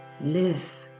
live